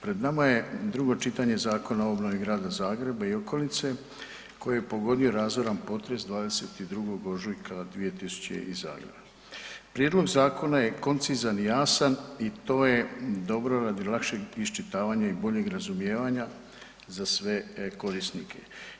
Pred nama je drugo čitanje Zakona o obnovi Grada Zagreba i okolice koje je pogodio razoran potres 22. ožujka 2020. godine, Prijedlog zakona je koncizan i jasan i to je dobro radi lakšeg iščitavanja i boljeg razumijevanja za sve ... korisnike.